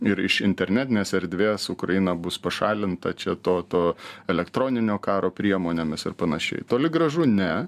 ir iš internetinės erdvės ukraina bus pašalinta čia to to elektroninio karo priemonėmis ar panašiai toli gražu ne